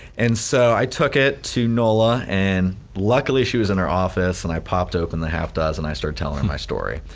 and so i took it to nola and luckily she was in her office and i popped open the half dozen i started telling her my story.